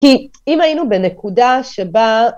כי אם היינו בנקודה שבה...